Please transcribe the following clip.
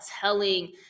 telling